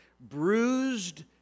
Bruised